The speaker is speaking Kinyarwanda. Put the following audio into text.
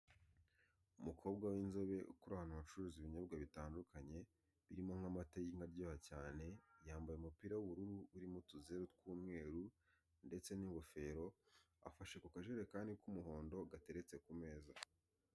Umukobwa w'inzobe ukora ahantu bacuruza ibinyobwa bitandukanye birimo nk'amata y'inka aryoha cyane yambaye umupira w'ubururu urimo utuzeru tw'umweru ndetse n'ingofero afashe ku kajerekani k'umuhondo gateretse ku meza.